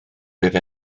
bydd